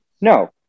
No